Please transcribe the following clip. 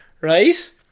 Right